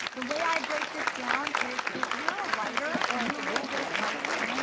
the way i break this down is if you're a writer and you're really good at writing,